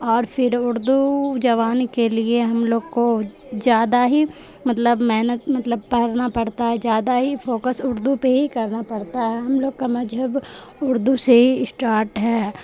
اور پھر اردو جوان کے لیے ہم لوگ کو زیادہ ہی مطلب محنت مطلب پڑھنا پڑتا ہے زیادہ ہی فوکس اردو پہ ہی کرنا پڑتا ہے ہم لوگ کا مذہب اردو سے ہی اسٹارٹ ہے